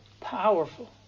Powerful